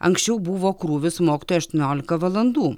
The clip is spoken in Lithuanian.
anksčiau buvo krūvis mokytojui aštuoniolika valandų